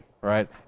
right